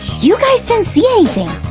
you guys didn't see anything.